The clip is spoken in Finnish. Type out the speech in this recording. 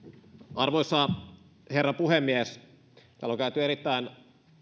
arvoisa herra puhemies täällä on käyty erittäin